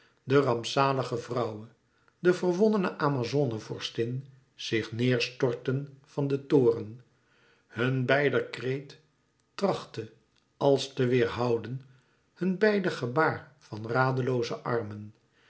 de rampzalige vrouwe de verwonnene amazone vorstin zich neêr storten van den toren hun beider kreet trachtte als te weêrhouden hun beider gebaar van radelooze armen